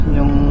Yung